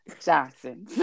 Johnson